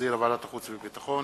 שהחזירה ועדת החוץ והביטחון.